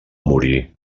morir